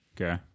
Okay